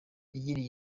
yagiriye